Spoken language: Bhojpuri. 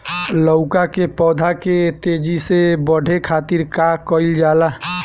लउका के पौधा के तेजी से बढ़े खातीर का कइल जाला?